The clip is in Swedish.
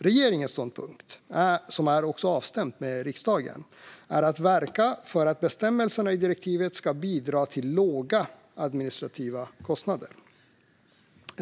Regeringens ståndpunkt, som är avstämd med riksdagen, är att verka för att bestämmelserna i direktivet ska bidra till låga administrativa kostnader.